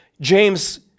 James